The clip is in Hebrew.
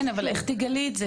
אבל איך תגלי את זה?